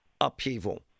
upheaval